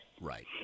Right